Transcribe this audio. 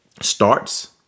starts